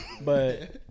But-